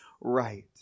right